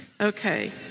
Okay